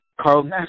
Carl